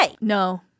No